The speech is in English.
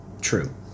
true